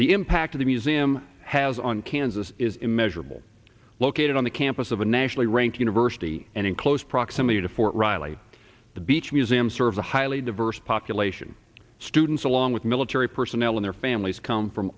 the impact of the museum has on kansas is immeasurable located on the campus of a nationally ranked university and in close proximity to fort riley the beach museums serve a highly diverse population students along with military personnel and their families come from